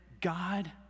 God